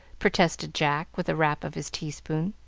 protested jack, with a rap of his teaspoon.